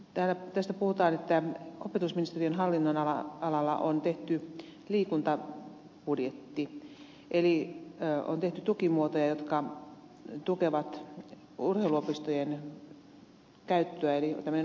tästä puhutaan että opetusministeriön hallinnonalalla on tehty liikuntabudjetti eli on tehty tukimuotoja jotka tukevat urheiluopistojen käyttöä eli tämmöinen opintosetelikokeilu